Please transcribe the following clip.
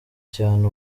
cyane